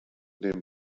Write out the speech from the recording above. den